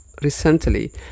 Recently